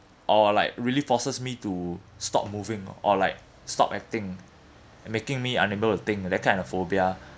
or like really forces me to stop moving or like stop acting and making me unable to think that kind of phobia